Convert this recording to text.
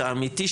האמיתי,